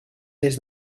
des